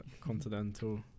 continental